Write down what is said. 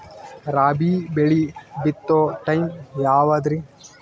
ರಾಬಿ ಬೆಳಿ ಬಿತ್ತೋ ಟೈಮ್ ಯಾವದ್ರಿ?